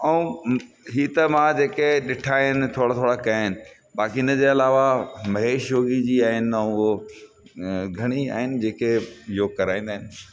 ऐं हीअ त मां जेके ॾिठा आहिनि थोरा थोरो कयां आहिनि बाक़ी हिन जे अलावा महेश योगी जी आहिनि ऐं उहो घणी आहिनि जेके योग कराईंदा आहिनि